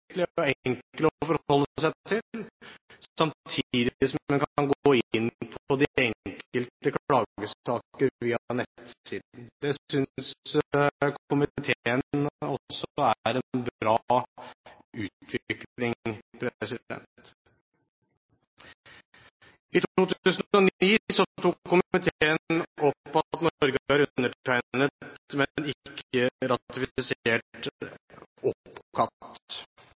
å forholde seg til, samtidig som man kan gå inn på de enkelte klagesakene via nettsidene. Det synes komiteen også er en bra utvikling. I 2009 tok komiteen opp at Norge har undertegnet, men ikke ratifisert